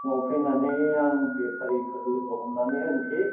फुङाव फैनानै आं बेफारिफोर लोगो हमनानै होनोसै